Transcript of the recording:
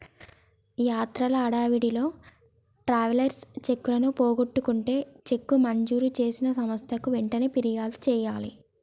యాత్రల హడావిడిలో ట్రావెలర్స్ చెక్కులను పోగొట్టుకుంటే చెక్కు మంజూరు చేసిన సంస్థకు వెంటనే ఫిర్యాదు చేయాలి